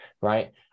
Right